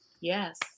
Yes